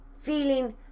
feeling